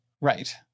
Right